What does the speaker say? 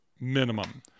minimum